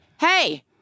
hey